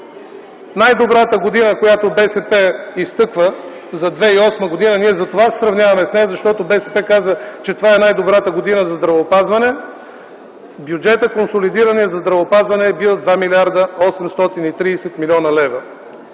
Най-добрата година, която БСП изтъква –2008 г., ние затова се сравняваме с нея, защото БСП казват, че това е най-добрата година за здравеопазване – консолидираният бюджет за здравеопазване е бил 2 млрд. 830 млн. лв.